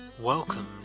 Welcome